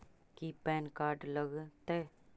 की PAN card लग तै?